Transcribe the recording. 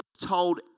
told